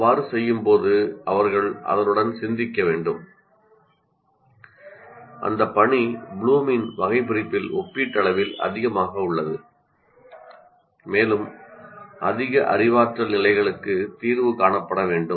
அவ்வாறு செய்யும்போது அவர்கள் அதனுடன் சிந்திக்க வேண்டும் பணி ப்ளூமின் வகைபிரிப்பில் ஒப்பீட்டளவில் அதிகமாக உள்ளது மேலும் அதிக அறிவாற்றல் நிலைகளுக்கு தீர்வு காணப்பட வேண்டும்